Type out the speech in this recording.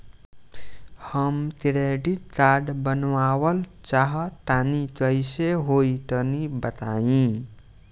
हम credit card बनवावल चाह तनि कइसे होई तनि बताई?